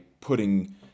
putting